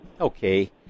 Okay